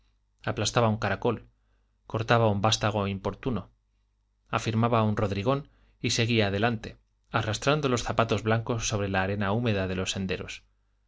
aplastaba un caracol cortaba un vástago importuno afirmaba un rodrigón y seguía adelante arrastrando los zapatos blancos sobre la arena húmeda de los senderos